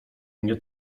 mnie